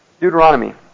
Deuteronomy